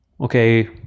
okay